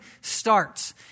starts